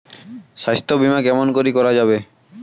স্বাস্থ্য বিমা কেমন করি করা যাবে?